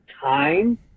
time